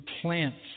plants